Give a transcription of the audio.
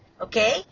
okay